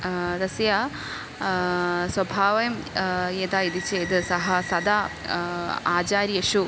तस्य स्वभावं यदा इति चेत् सः सदा आचार्येषु